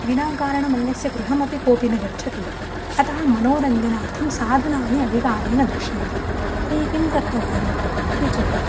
विना कारणमन्यस्य गृहमपि कोऽपि न गच्छति अतः मनोरञ्जनार्थं साधनानि अधिकानि न दृश्यन्ते तर्हि किं कर्तव्यम् इति चेत्